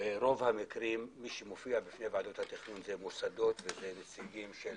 ברוב המקרים מי שמופיע בפני ועדת התכנון אלה מוסדות ונציגים של